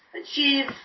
achieve